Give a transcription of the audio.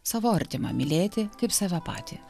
savo artimą mylėti kaip save patį